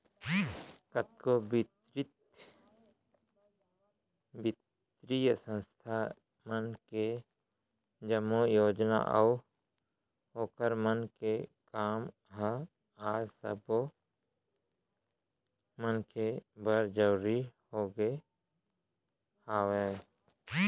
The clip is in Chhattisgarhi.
कतको बित्तीय संस्था मन के जम्मो योजना अऊ ओखर मन के काम ह आज सब्बो मनखे बर जरुरी होगे हवय